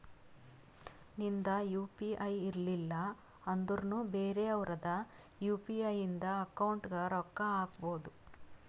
ನಿಂದ್ U P I ಇರ್ಲಿಲ್ಲ ಅಂದುರ್ನು ಬೇರೆ ಅವ್ರದ್ ಯು.ಪಿ.ಐ ಇಂದ ಅಕೌಂಟ್ಗ್ ರೊಕ್ಕಾ ಹಾಕ್ಬೋದು